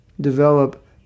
develop